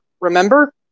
Remember